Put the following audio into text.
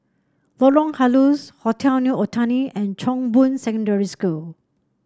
Lorong Halus Hotel New Otani and Chong Boon Secondary School